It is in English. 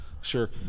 sure